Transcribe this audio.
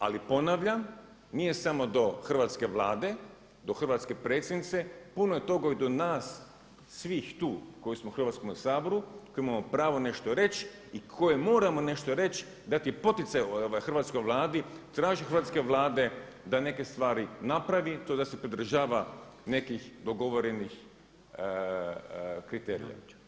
Ali ponavljam, nije samo do hrvatske Vlade, do hrvatske predsjednice, puno je toga i do nas svih tu koji smo u Hrvatskome saboru, koji imamo pravo nešto reći i koji moramo nešto reći, dati poticaj hrvatskoj Vladi, tražiti od hrvatske Vlade da neke stvari napravi a to je da se pridržava nekih dogovorenih kriterija.